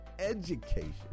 education